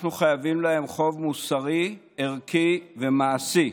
אנחנו חייבים להם חוב מוסרי, ערכי ומעשי.